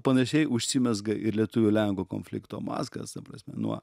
panašiai užsimezga ir lietuvių lenkų konflikto mazgas ta prasme nuo